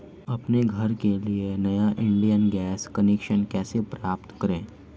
अपने घर के लिए नया इंडियन गैस कनेक्शन कैसे प्राप्त करें?